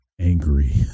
angry